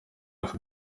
aka